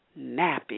nappy